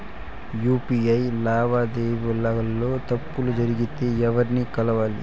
UPI లావాదేవీల లో తప్పులు జరిగితే ఎవర్ని కలవాలి?